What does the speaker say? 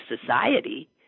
society